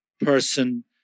person